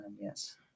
yes